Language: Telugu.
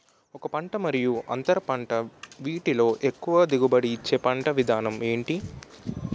ఒక పంట మరియు అంతర పంట వీటిలో ఎక్కువ దిగుబడి ఇచ్చే పంట విధానం ఏంటి?